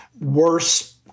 worse